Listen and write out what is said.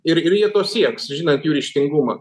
ir ir jie to sieks žinant jų ryžtingumą